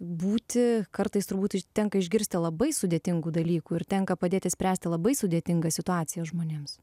būti kartais turbūt tenka išgirsti labai sudėtingų dalykų ir tenka padėti spręsti labai sudėtingas situacijas žmonėms